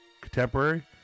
contemporary